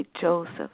Joseph